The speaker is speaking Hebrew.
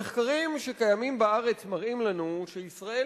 המחקרים שקיימים בארץ מראים לנו שישראל